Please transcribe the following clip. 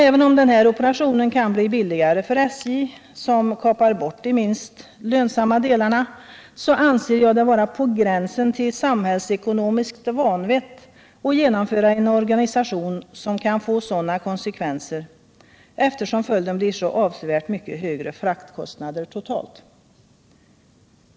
Även om denna operation kan bli billigare för SJ som kapar bort de minst lönsamma delarna, så anser jag det vara på gränsen till samhällsekonomiskt vanvett att genomföra en organisation som kan få sådana konsekvenser, eftersom följden blir så avsevärt högre fraktkostnader totalt.